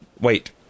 wait